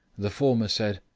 the former said,